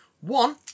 One